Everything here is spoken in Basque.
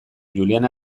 julian